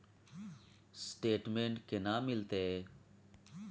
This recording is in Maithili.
स्टेटमेंट केना मिलते?